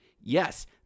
Yes